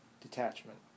detachment